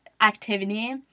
activity